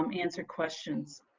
um answer questions.